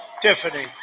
Tiffany